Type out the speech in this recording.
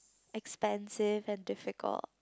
expensive and difficult